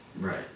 Right